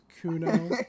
Kuno